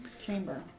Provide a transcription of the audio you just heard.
chamber